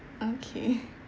okay